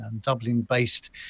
Dublin-based